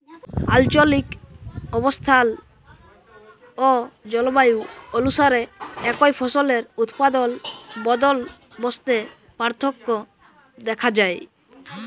আলচলিক অবস্থাল অ জলবায়ু অলুসারে একই ফসলের উৎপাদল বলদবস্তে পার্থক্য দ্যাখা যায়